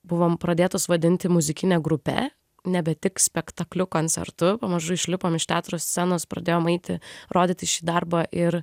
buvom pradėtos vadinti muzikine grupe nebe tik spektakliu koncertu pamažu išlipom iš teatro scenos pradėjom eiti rodyti šį darbą ir